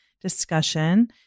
discussion